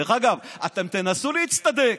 דרך אגב, אתם תנסו להצטדק,